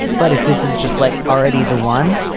but if this is just like already the one,